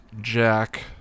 Jack